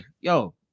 Yo